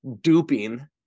duping